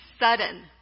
sudden